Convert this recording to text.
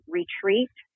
retreat